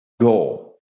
goal